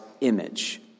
image